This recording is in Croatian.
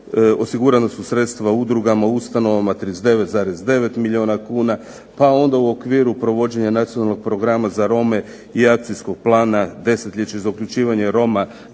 osigurana su sredstva u udrugama, ustanovama 39,9 milijuna kuna, pa onda u okviru provođenja nacionalnog programa za Rome i akcijskog plana desetljeće za uključivanje Roma